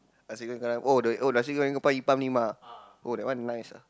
Nasi-Goreng-Kerang oh the oh Nasi-Goreng-Kerang-Ipam-Nima oh that one nice ah